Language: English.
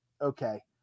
okay